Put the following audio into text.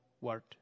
word